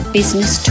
Business